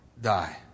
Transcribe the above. Die